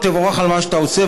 תבורך על מה שאתה עושה,